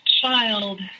child